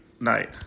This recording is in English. night